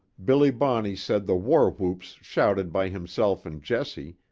billy bonney said the war-whoops shouted by himself and jesse,